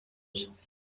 bye